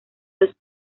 los